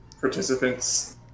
participants